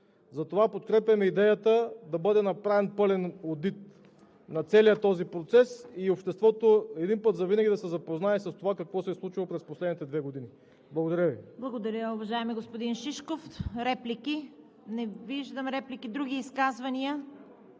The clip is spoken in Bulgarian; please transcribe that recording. Затова подкрепям идеята да бъде направен пълен одит на целия този процес и обществото един път завинаги да се запознае с това какво се е случило през последните две години. Благодаря Ви. ПРЕДСЕДАТЕЛ ЦВЕТА КАРАЯНЧЕВА: Благодаря, уважаеми господин Шишков. Реплики? Не виждам. Други изказвания?